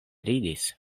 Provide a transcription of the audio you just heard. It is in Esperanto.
ridis